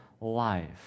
life